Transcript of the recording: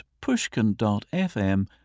pushkin.fm